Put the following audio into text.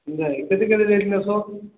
କେତେକରି rate ନେଇସ